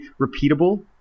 repeatable